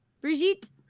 Brigitte